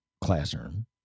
classroom